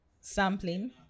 Sampling